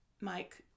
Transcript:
Mike